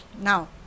Now